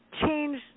change